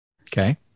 Okay